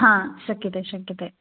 हा शक्यते शक्यते